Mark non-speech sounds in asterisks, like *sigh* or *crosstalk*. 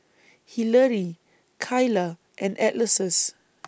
Hilary Kylah and Alexus *noise*